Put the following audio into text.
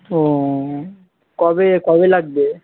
ও কবে কবে লাগবে